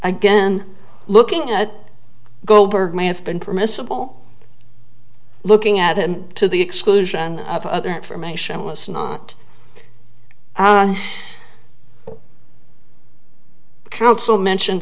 again looking at goldberg may have been permissible looking at and to the exclusion of other information let's not counsel mention